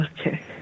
Okay